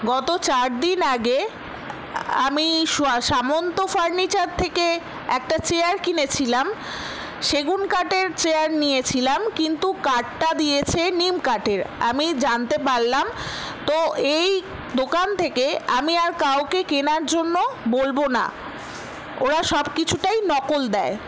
গত চার দিন আগে আমি সামন্ত ফার্নিচার থেকে একটা চেয়ার কিনেছিলাম সেগুন কাঠের চেয়ার নিয়েছিলাম কিন্তু কাঠটা দিয়েছে নিম কাঠের আমি জানতে পারলাম তো এই দোকান থেকে আমি আর কাউকে কেনার জন্য বলবো না ওরা সব কিছুটাই নকল দেয়